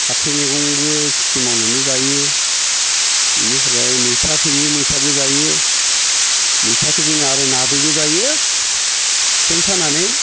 फाथो मैगंबो खेथि मावनानै जायो बेनिफ्राय मैथा फोयो मैथाबो जायो मैथाखौ जों आरो नाजोंबो जायो सेन सानानै